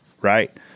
Right